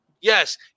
Yes